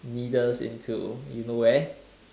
needles into you know where